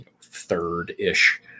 third-ish